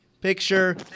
picture